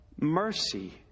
mercy